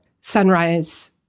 Sunrise